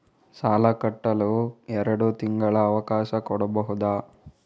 ಸಾಲ ಕಟ್ಟಲು ಎರಡು ತಿಂಗಳ ಅವಕಾಶ ಕೊಡಬಹುದಾ?